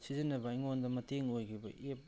ꯁꯤꯖꯤꯟꯅꯕ ꯑꯩꯉꯣꯟꯗ ꯃꯇꯦꯡ ꯑꯣꯏꯈꯤꯕ ꯑꯦꯞ